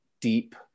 deep